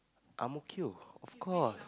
Ang-Mo-Kio of course